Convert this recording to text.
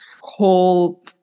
whole